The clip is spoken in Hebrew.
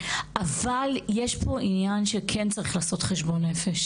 אבל יש פה עניין שכן צריך לעשות חשבון נפש